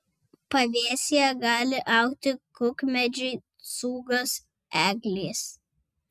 pavėsyje gali augti kukmedžiai cūgos eglės